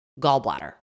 gallbladder